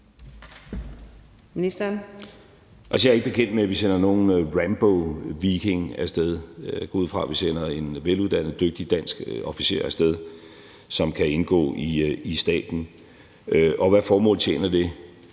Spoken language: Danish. Jeg er ikke bekendt med, at vi sender nogen Ramboviking af sted. Jeg går ud fra, at vi sender en veluddannet, dygtig dansk officer af sted, som kan indgå i staben. Og hvad formål tjener det?